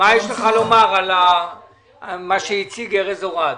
מה יש לך לומר על מה שהציג ארז אורעד?